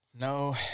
No